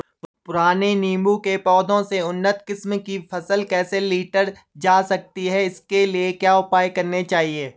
पुराने नीबूं के पौधें से उन्नत किस्म की फसल कैसे लीटर जा सकती है इसके लिए क्या उपाय करने चाहिए?